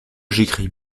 j’écris